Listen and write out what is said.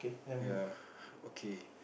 ya okay